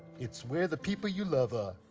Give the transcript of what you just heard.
it's where the people you love ah